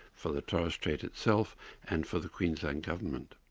for the torres strait itself and for the queensland government.